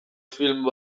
film